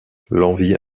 l’envie